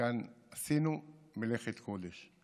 עשינו כאן מלאכת קודש.